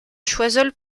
choiseul